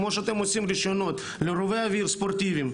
כמו שאתם עושים רישיונות לרובי אוויר ספורטיביים,